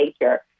nature